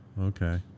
okay